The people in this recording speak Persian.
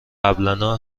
قبلنا